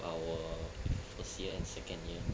our first and second year